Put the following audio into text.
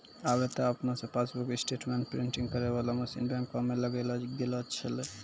आबे त आपने से पासबुक स्टेटमेंट प्रिंटिंग करै बाला मशीन बैंको मे लगैलो गेलो छै